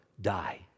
die